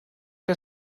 que